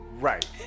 Right